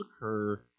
occur